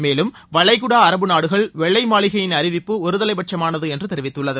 மேலும் வளைகுடா அரபு நாடுகள் வெள்ளை மாளிகையின் அறிவிப்பு ஒருதலை பட்சமானது என்று தெரிவித்துள்ளது